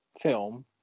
film